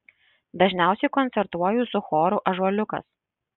dažniausiai koncertuoju su choru ąžuoliukas